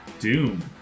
Doom